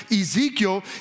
Ezekiel